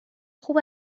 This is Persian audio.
خوب